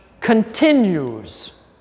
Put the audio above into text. continues